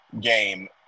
game